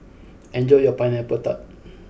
enjoy your Pineapple Tart